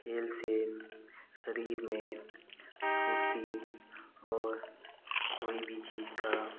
खेल से शरीर में फुर्ती और कोई भी चीज़ का